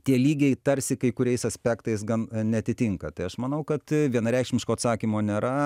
tie lygiai tarsi kai kuriais aspektais gan neatitinka tai aš manau kad vienareikšmiško atsakymo nėra